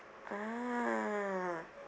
ah